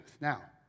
Now